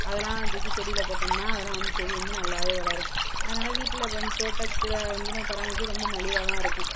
அதெல்லாம் தூக்கி செடியில் போட்டோம்னால் அதெல்லாம் வந்து செடி வந்து நல்லாவே வளரும் அதனால் வீட்டில் வந்து தோட்டத்தில் வந்து நம்ம பராமரிக்கிறது ரொம்ப மலிவாகதான் இருக்கும்